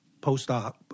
post-op